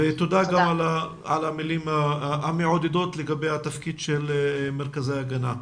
ותודה גם על המילים המעודדות לגבי התפקיד של מרכזי ההגנה.